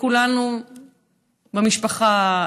לכולנו במשפחה,